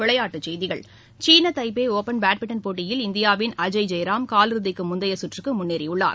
விளையாட்டுச் செய்திகள் சீன தைபே ஒபன் பேட்மின்டன் போட்டியில் இந்தியாவின் அஜய் ஜெயராம் காலிறுதிக்கு முந்தைய சுற்றுக்கு முன்னேறியுள்ளார்